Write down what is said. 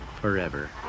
forever